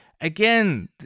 Again